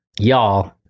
Y'all